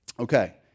Okay